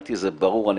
ומבחינתי זה ברור, אני